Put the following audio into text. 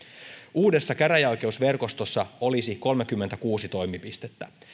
uudessa käräjäoikeusverkostossa olisi kolmekymmentäkuusi toimipistettä